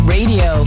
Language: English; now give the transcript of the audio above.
Radio